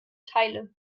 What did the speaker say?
teile